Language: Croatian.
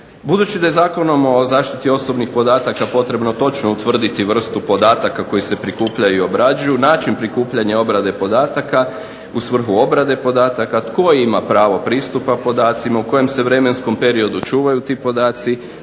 Budući da je Zakonom o zaštiti osobnih podataka potrebno točno utvrditi vrstu podataka koji se prikupljaju i obrađuju, način prikupljanja obrade podataka u svrhu obrade podataka, tko ima pravo pristupa podacima, u kojem se vremenskom periodu čuvaju ti podaci,